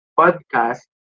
podcast